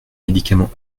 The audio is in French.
médicaments